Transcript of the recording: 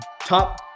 top